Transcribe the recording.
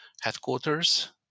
headquarters